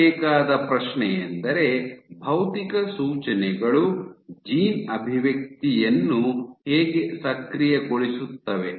ಕೇಳಬೇಕಾದ ಪ್ರಶ್ನೆಯೆಂದರೆ ಭೌತಿಕ ಸೂಚನೆಗಳು ಜೀನ್ ಅಭಿವ್ಯಕ್ತಿಯನ್ನು ಹೇಗೆ ಸಕ್ರಿಯಗೊಳಿಸುತ್ತವೆ